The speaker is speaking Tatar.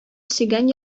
сөйгән